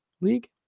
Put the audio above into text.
League